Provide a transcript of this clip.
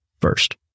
first